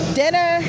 dinner